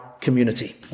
community